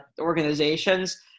organizations